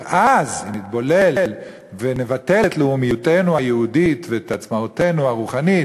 ואז נתבולל ונבטל את לאומיותנו היהודית ואת עצמאותנו הרוחנית